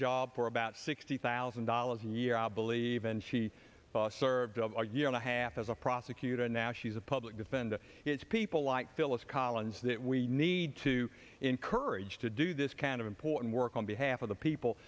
job for about sixty thousand dollars a year i believe and she served a year and a half as a prosecutor and now she is a public defender it's people like phyllis collins that we need to encourage to do this kind of important work on behalf of the people